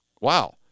wow